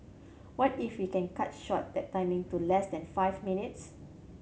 what if we can cut short that timing to less than five minutes